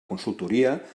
consultoria